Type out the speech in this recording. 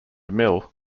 mill